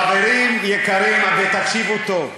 חברים יקרים, תקשיבו טוב.